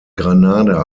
granada